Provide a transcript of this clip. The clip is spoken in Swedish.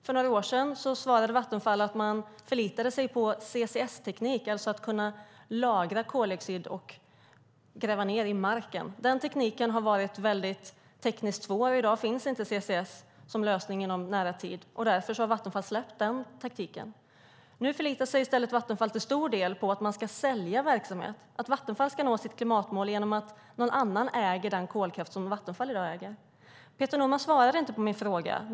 För några år sedan svarade Vattenfall att man förlitade sig på CCS-teknik, alltså att kunna lagra koldioxid och gräva ned den i marken. Detta har varit mycket svårt, och i dag finns inte CCS-tekniken som lösning inom en nära tid. Därför har Vattenfall släppt den taktiken. Nu förlitar sig Vattenfall i stället till stor del på att man ska sälja verksamhet och att Vattenfall ska nå sitt klimatmål genom att någon annan äger den kolkraft som Vattenfall i dag äger. Peter Norman svarade inte på mina frågor.